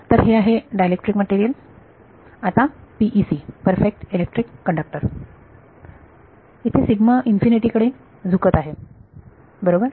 तर हे आहे डायलेक्ट्रिक मटेरियल आता PEC perfect electric conductor sigma infinity कडे दुखत आहे बरोबर